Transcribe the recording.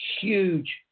huge